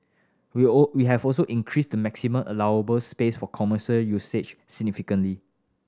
we all we have also increased the maximum allowable space for commercial usage significantly